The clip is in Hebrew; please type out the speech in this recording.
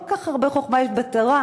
כל כך הרבה חוכמה יש בתורה.